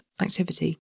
activity